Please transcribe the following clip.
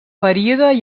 període